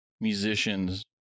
musicians